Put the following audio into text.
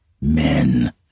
men